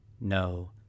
no